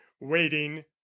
waiting